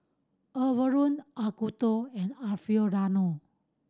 Overrun Acuto and Alfio Raldo